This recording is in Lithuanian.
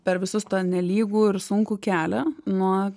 per visus tą nelygų ir sunkų kelią nuo